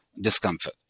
discomfort